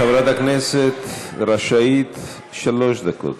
חברת הכנסת רשאית, שלוש דקות,